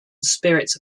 spirit